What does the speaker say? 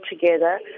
together